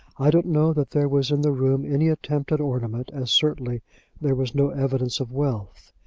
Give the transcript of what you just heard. i don't know that there was in the room any attempt at ornament, as certainly there was no evidence of wealth.